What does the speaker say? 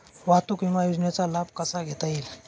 वाहतूक विमा योजनेचा लाभ कसा घेता येईल?